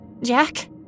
Jack